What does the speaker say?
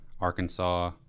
Arkansas